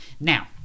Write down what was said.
Now